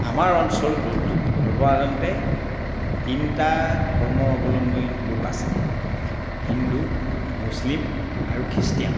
আমাৰ অঞ্চলটোত সৰ্বসাধাৰণতে তিনিটা ধৰ্মাৱলম্বী লোক আছে হিন্দু মুছলিম আৰু খ্ৰীষ্টিয়ান